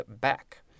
back